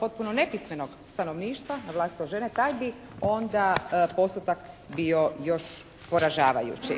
potpuno nepismenog stanovništva a naročito žene, taj bi onda postotak bio još poražavajući.